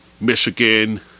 michigan